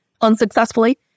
unsuccessfully